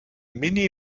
mini